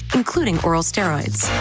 including oral steroids.